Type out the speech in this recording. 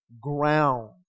ground